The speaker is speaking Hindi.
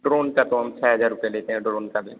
ड्रोन का तो हम छः हजार रुपये लेते हैं ड्रोन का भी